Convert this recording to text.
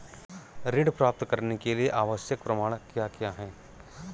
ऋण प्राप्त करने के लिए आवश्यक प्रमाण क्या क्या हैं?